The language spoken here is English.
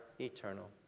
eternal